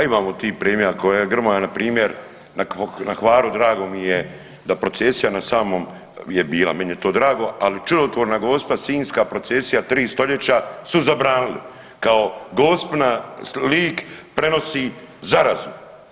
Pa imao tih primjera koje, Grmoja npr. na Hvaru drago mi je da procesija na samom je bila, meni je to drago, ali čudotvorna Gospa Sinjska procesija 3 stoljeća su zabranili kao Gospina lik prenosi zarazu.